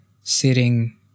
sitting